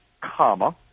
comma